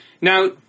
Now